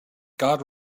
god